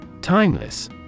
Timeless